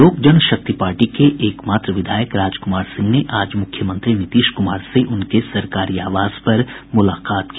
लोक जनशक्ति पार्टी के एकमात्र विधायक राजकुमार सिंह ने आज मुख्यमंत्री नीतीश कुमार से उनके सरकारी आवास पर मुलाकात की